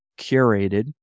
curated